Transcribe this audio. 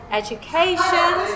education